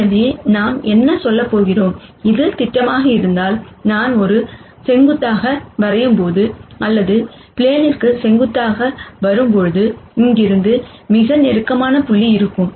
எனவே நாம் என்ன சொல்லப் போகிறோம் இது திட்டமாக இருந்தால் நான் ஒரு செங்குத்தாக வரையும்போது அல்லது ப்ளேனிற்கு செங்குத்தாக வரும்பொழுது இங்கிருந்து மிக நெருக்கமான புள்ளி இருக்கும்